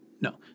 no